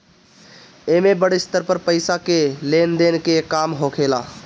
एमे बड़ स्तर पे पईसा के लेन देन के काम होखेला